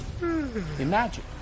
Imagine